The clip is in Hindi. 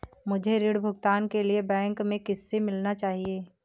मुझे ऋण भुगतान के लिए बैंक में किससे मिलना चाहिए?